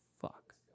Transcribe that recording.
fuck